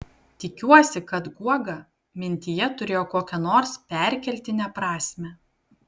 tikiuosi kad guoga mintyje turėjo kokią nors perkeltinę prasmę